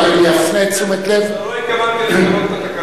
לא התכוונתי לשנות את התקנון.